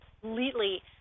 completely